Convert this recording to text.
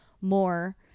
more